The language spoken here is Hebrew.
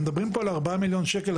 הם מדברים פה על 4 מיליון שקלים,